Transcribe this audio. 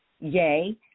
Yay